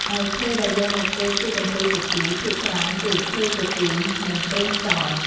ឯឈើដែលយកមកធ្វើជាកំពូលសាជី ភាគច្រើនគឺ ឈើគគីរ និងប្រេងខ្យល់។